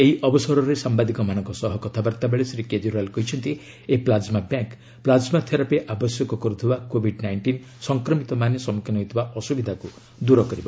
ଏହି ଅବସରରେ ସାମ୍ଭାଦିକମାନଙ୍କ ସହ କଥାବାର୍ତ୍ତାବେଳେ ଶ୍ରୀ କେଜରିଓ୍ବାଲ୍ କହିଛନ୍ତି ଏହି ପ୍ଲାଜ୍ମା ବ୍ୟାଙ୍କ୍ ପ୍ଲାଜ୍ମା ଥେରାପି ଆବଶ୍ୟକ କରୁଥିବା କୋଭିଡ୍ ନାଇଷ୍ଟିନ୍ ସଂକ୍ରମିତମାନେ ସମ୍ମୁଖୀନ ହେଉଥିବା ଅସୁବିଧାକୁ ଦୂର କରିବ